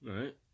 right